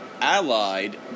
Allied